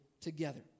together